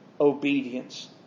obedience